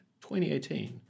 2018